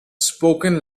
spoken